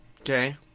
Okay